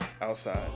outside